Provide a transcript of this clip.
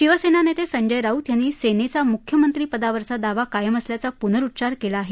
शिवसेना नेते संजय राऊत यांनी सेनेचा मुख्यमंत्रीपदावरचा दावा कायम असल्याचा पुनरुच्चार केला आहे